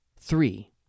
three